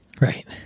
Right